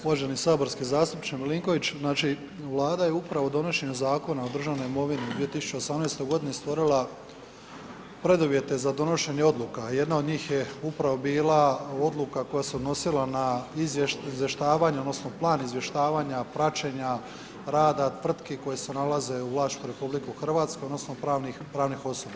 Uvaženi saborski zastupniče Milinković znači Vlada je upravo donošenjem Zakona o državnoj imovini u 2018. g stvorila preduvjete za donošenje odluka a jedna od njih je upravo bila odluka koja se odnosila na izvještavanje, odnosno plan izvještavanja, praćenja rada tvrtki koje se nalaze u vlasništvu RH odnosno pravnih osoba.